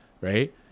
right